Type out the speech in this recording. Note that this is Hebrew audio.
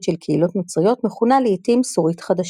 של קהילות נוצריות מכונה לעיתים "סורית חדשה".